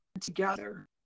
together